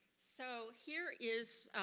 so, here is